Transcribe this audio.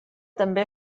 també